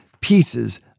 pieces